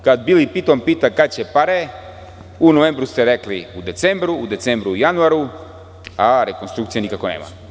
Kad Bili Piton pita kada će pare, u novembru ste rekli u decembru, u decembru u januaru, a rekonstrukcije nikako nema.